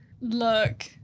Look